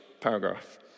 paragraph